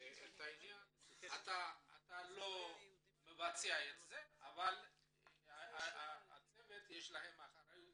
אתה לא מבצע את זה אבל הצוות, יש לכם אחריות